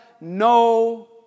no